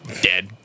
Dead